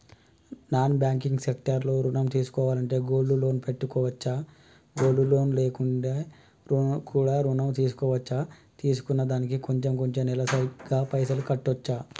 Non banking sector లో ఋణం తీసుకోవాలంటే గోల్డ్ లోన్ పెట్టుకోవచ్చా? గోల్డ్ లోన్ లేకుండా కూడా ఋణం తీసుకోవచ్చా? తీసుకున్న దానికి కొంచెం కొంచెం నెలసరి గా పైసలు కట్టొచ్చా?